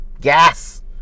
Gas